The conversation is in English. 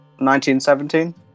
1917